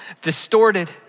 distorted